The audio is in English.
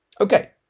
Okay